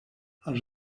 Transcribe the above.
els